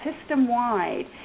system-wide